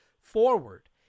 forward